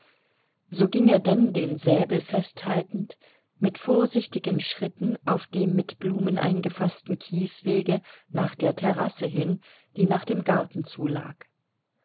so ging er denn den säbel festhaltend mit vorsichtigen schritten auf dem mit blumen eingefaßten kieswege nach der terrasse hin die nach dem garten